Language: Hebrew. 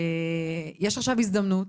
ויש עכשיו הזדמנות,